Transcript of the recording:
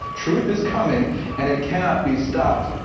truth is coming and it cannot be stopped.